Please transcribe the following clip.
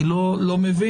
אני לא מבין.